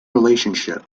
relationship